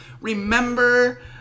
Remember